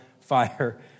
fire